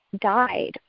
died